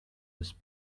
his